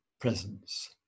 presence